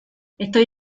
estoy